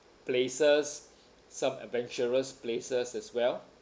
places some adventurous places as well